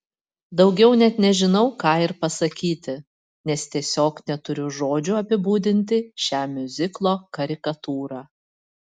daugiau net nežinau ką ir pasakyti nes tiesiog neturiu žodžių apibūdinti šią miuziklo karikatūrą